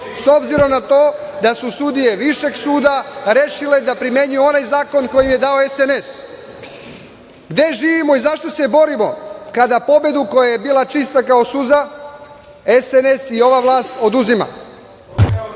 s obzirom da su sudije Višeg suda rešile da primenjuju onaj zakon koji im je dao SNS, i gde živimo i za šta se borimo, kada pobedu koja je bila čista kao suza, SNS i ova vlast oduzima. Pitanja